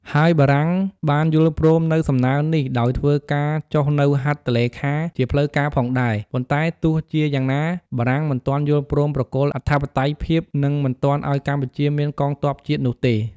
ហើយបារាំងបានយល់ព្រមនូវសំណើរនេះដោយធ្វើការចុះនូវហត្ថលេខាជាផ្លូវការណ៍ផងដែរ ប៉ុន្តែទោះជាយ៉ាងណា បារាំងមិនទាន់យល់ព្រមប្រគល់អធិបតេយ្យភាព និង មិនទាន់ឱ្យកម្ពុជាមានកងទ័ពជាតិនោះទេ ។